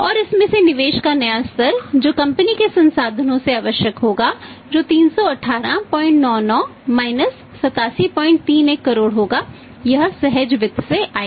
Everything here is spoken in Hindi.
और इसमें से निवेश का नया स्तर जो कंपनी के संसाधनों से आवश्यक होगा जो 31899 8731 करोड़ होगा यह सहज वित्त से आएगा